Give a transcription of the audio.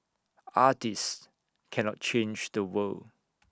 artists cannot change the world